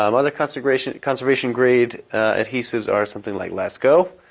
um other conservation conservation grade adhesives are something like lasco,